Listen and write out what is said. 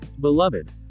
Beloved